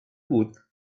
booth